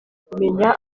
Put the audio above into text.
kumenya